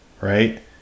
right